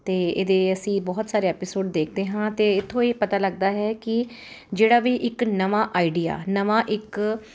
ਅਤੇ ਇਹਦੇ ਅਸੀਂ ਬਹੁਤ ਸਾਰੇ ਐਪੀਸੋਡ ਦੇਖਦੇ ਹਾਂ ਅਤੇ ਇੱਥੋਂ ਇਹ ਪਤਾ ਲੱਗਦਾ ਹੈ ਕਿ ਜਿਹੜਾ ਵੀ ਇੱਕ ਨਵਾਂ ਆਈਡੀਆ ਨਵਾਂ ਇੱਕ